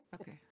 Okay